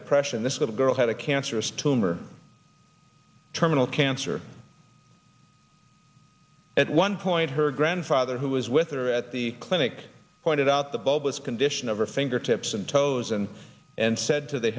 depression this little girl had a cancerous tumor terminal cancer at one point her grandfather who was with her at the clinic pointed out the bulbous condition of her fingertips and toes and and said to the